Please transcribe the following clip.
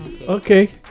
okay